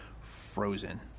frozen